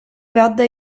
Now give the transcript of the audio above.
werde